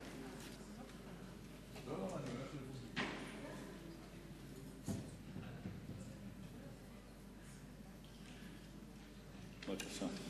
בבקשה.